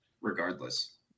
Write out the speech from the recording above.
regardless